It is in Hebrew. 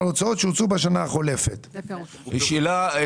ועל ההוצאות שהוצאו בשנה החולפת ופירוטן." שאלה.